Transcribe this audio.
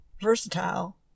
versatile